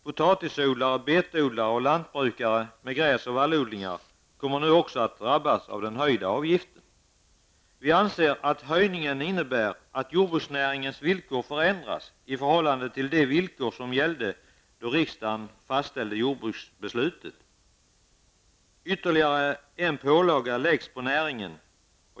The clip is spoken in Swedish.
Potatisodlare, betodlare och lantbrukare med gräsoch vallodlingar kommer nu också att drabbas av den höjda avgiften. Vi anser att höjningen innebär att jordbruksnäringens villkor förändras i förhållande till de villkor som gällde då riksdagen fastställde jordbruksbeslutet. Ytterligare en pålaga drabbar näringen.